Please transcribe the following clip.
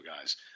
guys